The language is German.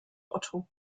otto